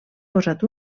posat